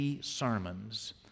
Sermons